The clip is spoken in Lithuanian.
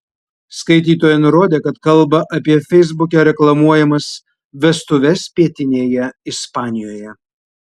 skaitytoja nurodė kad kalba apie feisbuke reklamuojamas vestuves pietinėje ispanijoje